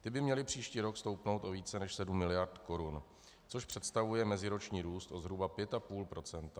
Ty by měly příští rok stoupnout o více než 7 mld. korun, což představuje meziroční růst o zhruba 5,5 %.